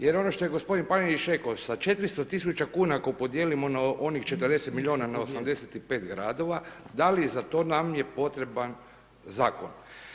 Jer ono što je gospodin Paninić rekao sa 400.000 kuna ako podijelimo na onih 40 miliona na 85 gradova da li je za to nam je potreban zakon.